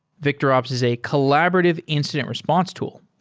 victorops is a collaborative incident response tool,